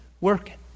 working